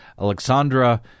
Alexandra